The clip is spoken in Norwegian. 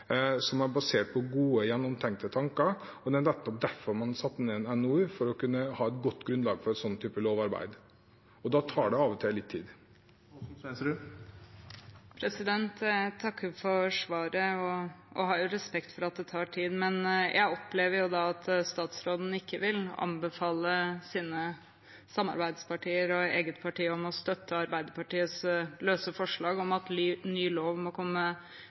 som er basert på gode og gjennomtenkte tanker. Det er nettopp derfor man har fått en NOU, for å kunne ha et godt grunnlag for en sånn type lovarbeid, og da tar det av og til litt tid. Jeg takker for svaret. Jeg har respekt for at det tar tid, men jeg opplever jo da at statsråden ikke vil anbefale sine samarbeidspartier og sitt eget parti å støtte Arbeiderpartiets løse forslag om at ny lov må komme